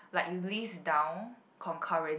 like you list down concurrent